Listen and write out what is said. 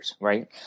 right